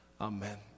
Amen